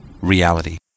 reality